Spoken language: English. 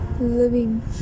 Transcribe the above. living